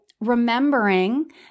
remembering